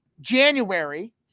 January